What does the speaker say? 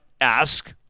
ask